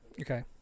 Okay